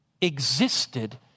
existed